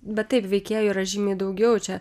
bet taip veikėjų yra žymiai daugiau čia